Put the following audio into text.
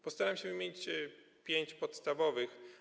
Postaram się wymienić pięć podstawowych.